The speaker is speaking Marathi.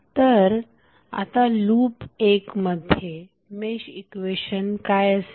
तर आता लूप 1 मध्ये मेश इक्वेशन काय असेल